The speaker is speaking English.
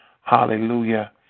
Hallelujah